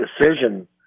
decision